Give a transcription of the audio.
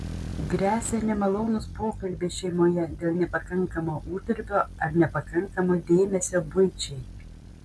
gresia nemalonūs pokalbiai šeimoje dėl nepakankamo uždarbio ar nepakankamo dėmesio buičiai